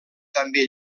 també